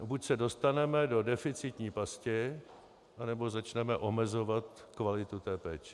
Buď se dostaneme do deficitní pasti, anebo začneme omezovat kvalitu péče.